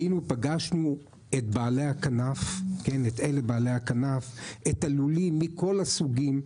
פגשנו את בעלי הכנף ואת הלולים מכל הסוגים,